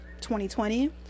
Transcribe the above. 2020